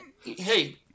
hey